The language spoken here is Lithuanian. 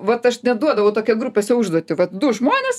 vat aš net duodavau tokią grupėse užduotį vat du žmonės